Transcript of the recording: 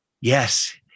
Yes